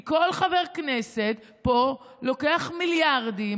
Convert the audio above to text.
כי כל חבר כנסת פה לוקח מיליארדים,